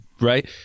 right